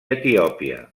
etiòpia